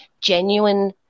genuine